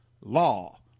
law